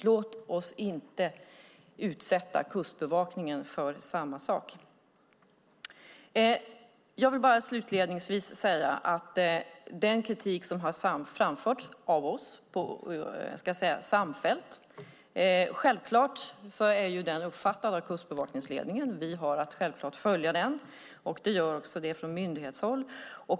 Låt oss inte utsätta Kustbevakningen för samma sak! Kustbevakningens ledning har självfallet uppfattat den kritik som vi samfällt har framfört. Vi har att följa detta, och det gör man också från myndighetshåll.